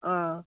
ꯑ